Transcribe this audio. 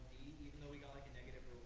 even though we got like a negative